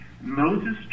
Moses